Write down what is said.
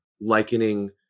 likening